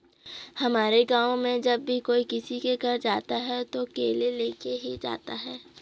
हमारे गाँव में जब भी कोई किसी के घर जाता है तो केले लेके ही जाता है